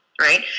Right